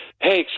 hey